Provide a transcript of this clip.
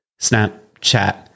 Snapchat